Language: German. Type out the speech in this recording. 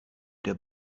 der